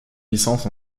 licence